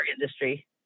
industry